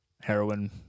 heroin